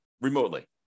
remotely